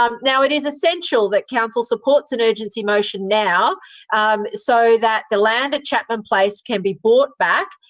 um now, it is essential that council supports an urgency motion now so that the land at chapman place can be bought back.